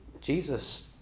Jesus